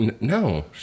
No